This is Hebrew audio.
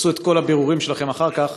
תעשו את כל הבירורים שלכם אחר כך.